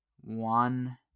one